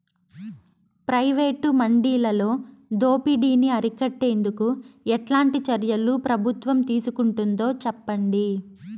Private మండీలలో దోపిడీ ని అరికట్టేందుకు ఎట్లాంటి చర్యలు ప్రభుత్వం తీసుకుంటుందో చెప్పండి?